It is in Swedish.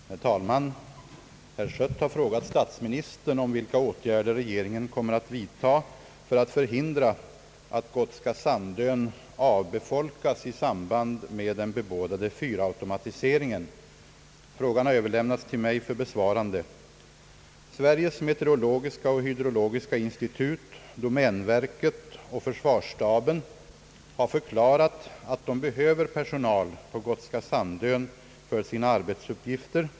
Herr talman! Herr Schött har frågat statsministern om vilka åtgärder regeringen kommer att vidta för att förhindra att Gotska Sandön avfolkas i samband med den bebådade fyrautomatiseringen. Frågan har överlämnats till mig för besvarande. Sveriges meteorologiska och hydrologiska institut, domänverket och försvarsstaben har förklarat att de behöver personal på Gotska Sandön för sina arbetsuppgifter.